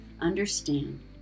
understand